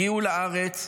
הגיעו לארץ,